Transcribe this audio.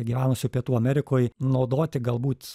gyvenusių pietų amerikoj naudoti galbūt